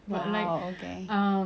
!wow! okay